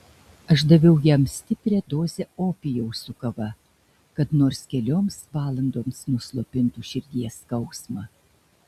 aš daviau jam stiprią dozę opijaus su kava kad nors kelioms valandoms nuslopintų širdies skausmą